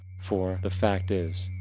for the fact is,